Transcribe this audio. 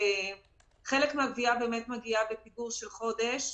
חלק מהגבייה באמת מגיעה בפיגור של חודש,